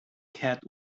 cat